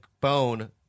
bone